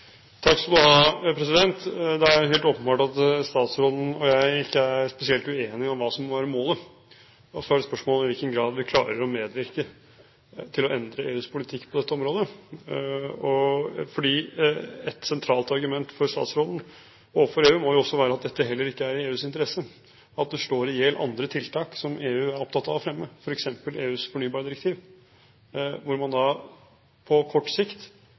er helt åpenbart at statsråden og jeg ikke er spesielt uenige om hva som må være målet. Så er spørsmålet i hvilken grad vi klarer å medvirke til å endre EUs politikk på dette området, og et sentralt argument for statsråden overfor EU må jo være at dette heller ikke er i EUs interesse, at det slår i hjel andre tiltak som EU er opptatt av å fremme, f.eks. EUs fornybardirektiv, hvor man på kort sikt